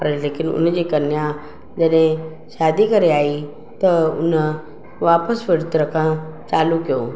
पर लेकिन उनजी कन्या जॾहिं शादी करे आई त उन वापसि व्रतु रखणु चालू कयो